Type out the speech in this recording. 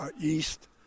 East